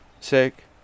Sick